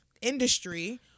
industry